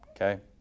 okay